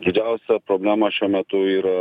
didžiausia problema šiuo metu yra